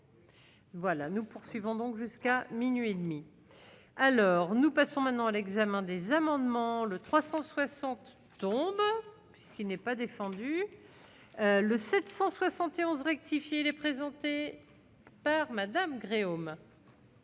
Voilà, nous poursuivons donc jusqu'à minuit et demi, alors nous passons maintenant à l'examen des amendements, le 360 tombes, ce qui n'est pas défendu le. 771 rectifié les présenté par madame Gréaume.